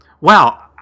Wow